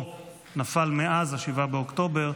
או נפל מאז 7 באוקטובר,